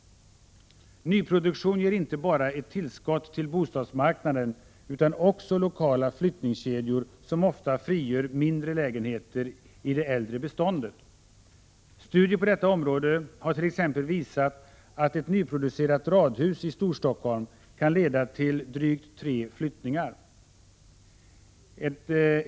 Nyproduktion ger inte bara ett tillskott till bostadsmarknaden utan också lokala flyttningskedjor, som ofta frigör mindre lägenheter i det äldre beståndet. Studier på detta område har t.ex. visat att ett nyproducerat radhus i Storstockholm kan leda till drygt tre flyttningar.